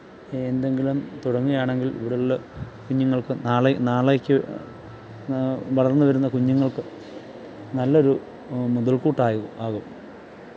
എന്തെങ്കിലും തുടങ്ങിയാണെങ്കിൽ ഇവിടെയുള്ള കുഞ്ഞുങ്ങൾക്കു നാളെ നാളേക്ക് വളർന്നു വരുന്ന കുഞ്ഞുങ്ങൾക്ക് നല്ലൊരു മുതൽക്കൂട്ടായി ആകും